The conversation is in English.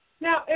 Now